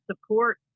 support